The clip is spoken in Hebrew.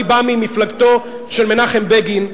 אני בא ממפלגתו של מנחם בגין,